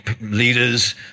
leaders